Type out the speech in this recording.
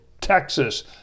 Texas